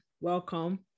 welcome